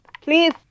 please